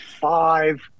five